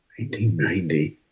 1990